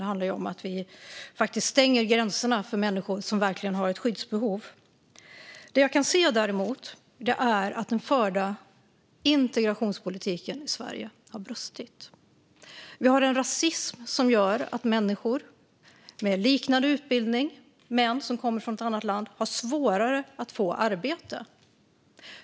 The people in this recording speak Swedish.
Det handlar om att vi stänger gränserna för människor som verkligen har skyddsbehov. Det jag däremot kan se är att den förda integrationspolitiken i Sverige har brustit. Vi har en rasism som gör att människor som har liknande utbildning som svenskar men kommer från ett annat land har svårare att få arbete.